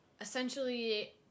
essentially